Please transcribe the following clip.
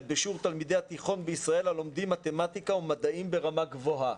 בשיעור תלמידי התיכון בישראל הלומדים מתמטיקה ומדעים ברמה גבוהה.